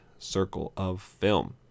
circleoffilm